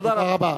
תודה רבה.